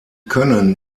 können